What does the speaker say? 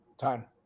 Time